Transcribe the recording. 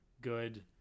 good